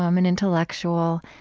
um an intellectual.